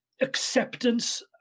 acceptance